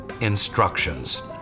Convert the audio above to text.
instructions